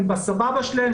הם בסבבה שלהם,